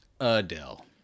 Adele